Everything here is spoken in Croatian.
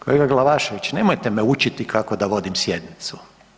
Kolega Glavašević, nemojte me učiti kako da vodim sjednicu.